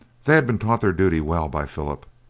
they had been taught their duty well by philip,